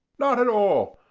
not at all.